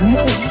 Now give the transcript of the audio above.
Move